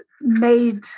made